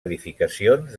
edificacions